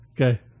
Okay